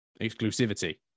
exclusivity